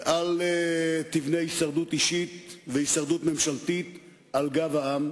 ואל תבנה הישרדות אישית והישרדות ממשלתית על גב העם.